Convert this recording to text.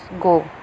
go